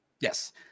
Yes